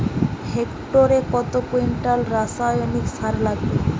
হেক্টরে কত কুইন্টাল রাসায়নিক সার লাগবে?